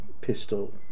pistol